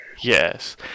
Yes